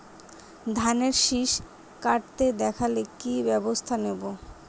ধানের শিষ কাটতে দেখালে কি ব্যবস্থা নেব?